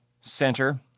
Center